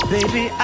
Baby